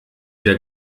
der